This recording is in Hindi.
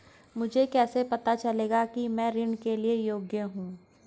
मुझे कैसे पता चलेगा कि मैं ऋण के लिए योग्य हूँ?